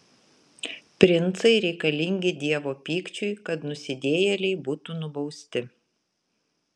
princai reikalingi dievo pykčiui kad nusidėjėliai būtų nubausti